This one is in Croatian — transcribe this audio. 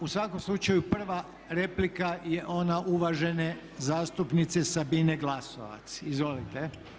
U svakom slučaju prva replika je ona uvažene zastupnice Sabine Glasovac, izvolite.